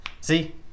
See